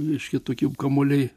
reiškia tokie kamuoliai